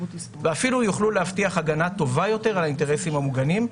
ואפילו יוכלו להבטיח הגנה טובה יותר על האינטרסים המוגנים,